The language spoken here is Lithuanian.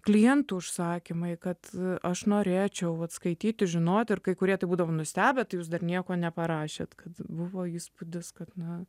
klientų užsakymai kad aš norėčiau vat skaityti žinoti ir kai kurie tai būdavo nustebę kai jūs dar nieko neparašėt kad buvo įspūdis kad na